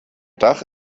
dach